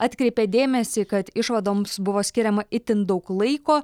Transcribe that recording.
atkreipė dėmesį kad išvadoms buvo skiriama itin daug laiko